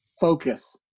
focus